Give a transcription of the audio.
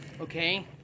Okay